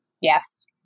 Yes